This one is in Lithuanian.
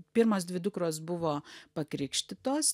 pirmos dvi dukros buvo pakrikštytos